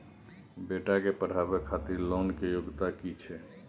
बेटा के पढाबै खातिर लोन के योग्यता कि छै